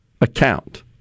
account